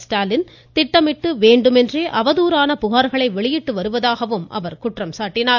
ஸ்டாலின் திட்டமிட்டு வேண்டுமென்றே அவதூறான புகார்களை வெளியிட்டு வருவதாக அவர் குற்றம் சாட்டினார்